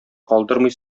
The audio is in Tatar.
калдырмый